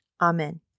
Amen